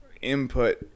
input